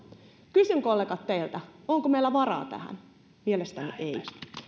kysyn kollegat teiltä onko meillä varaa tähän mielestäni ei